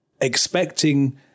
expecting